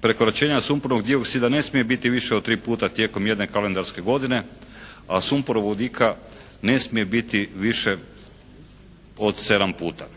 prekoračenja sumporovog dioksida ne smije biti viši od 3 puta tijekom jedne kalendarske godine, a sumporovog vodika ne smije biti više od 7 puta.